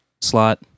slot